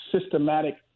systematic